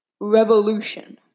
revolution